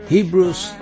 Hebrews